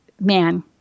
man